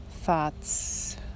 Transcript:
thoughts